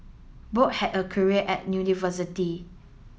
both had a career at university